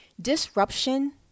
Disruption